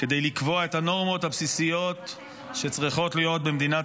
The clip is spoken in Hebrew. כדי לקבוע את הנורמות הבסיסיות שצריכות להיות במדינת